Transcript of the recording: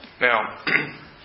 Now